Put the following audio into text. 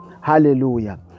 Hallelujah